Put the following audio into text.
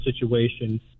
situation